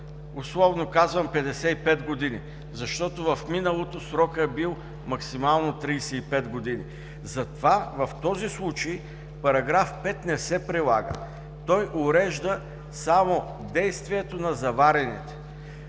условно казвам 55 години, защото в миналото срокът е бил максимално 35 години. Затова в този случай § 5 не се прилага. Той урежда само действието на заварените.